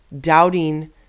doubting